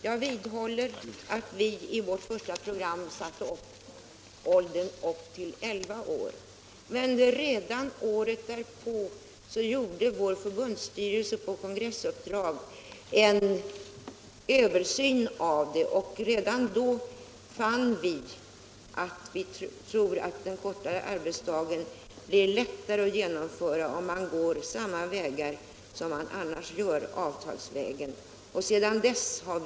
Jag vidhåller att vi i vårt första program talade om barn upp till elva års ålder. Året därpå gjorde vår förbundsstyrelse på uppdrag av kongressen en översyn av programmet, och redan då fann vi att den kortare arbetsdagen skulle bli lättare att genomföra om man gick avtalsvägen. Sedan dess har vi intagit den ståndpunkten.